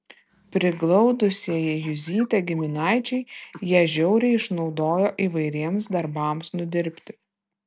priglaudusieji juzytę giminaičiai ją žiauriai išnaudojo įvairiems darbams nudirbti